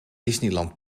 disneyland